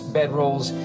bedrolls